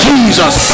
Jesus